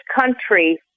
country